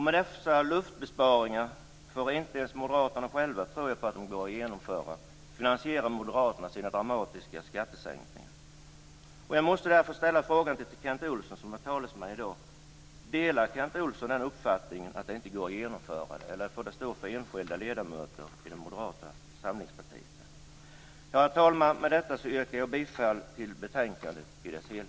Med dessa luftbesparingar, som inte ens moderaterna själva tror går att genomföra, finansierar moderaterna sina dramatiska skattesänkningar. Jag måste därför ställa en fråga till Kent Olsson, som är talesman i dag. Delar Kent Olsson uppfattningen att besparingarna inte går att genomföra, eller får den stå för enskilda ledamöter i det moderata samlingspartiet? Herr talman! Med detta yrkar jag bifall till hemställan i betänkandet i dess helhet.